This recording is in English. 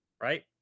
right